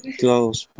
close